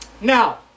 Now